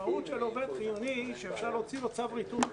המשמעות של עובד חיוני היא שאפשר להוציא לו צו ריתוק.